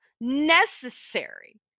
necessary